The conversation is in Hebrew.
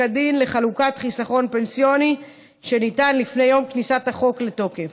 הדין לחלוקת חיסכון פנסיוני שניתן לפני יום כניסת החוק לתוקף.